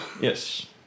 Yes